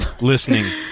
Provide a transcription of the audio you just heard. listening